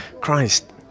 christ